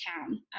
town